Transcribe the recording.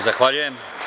Zahvaljujem.